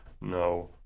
no